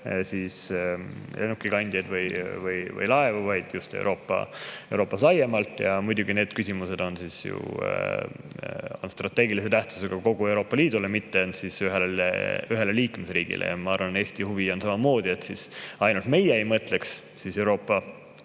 lennukikandjaid või laevu, vaid just Euroopas laiemalt. Ja muidugi need küsimused on strateegilise tähtsusega kogu Euroopa Liidule, mitte ainult ühele liikmesriigile. Ma arvan, et Eesti huvi on samamoodi, et ainult meie ei mõtleks Euroopa